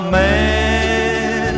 man